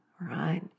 right